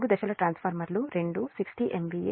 మూడు దశల ట్రాన్స్ఫార్మర్లు రెండూ 60 MVA 10